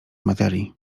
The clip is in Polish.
materii